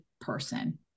person